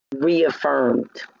reaffirmed